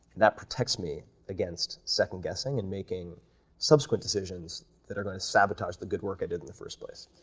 that protects me against second guessing and making subsequent decisions that are gonna sabotage the good work i did in the first place,